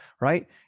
right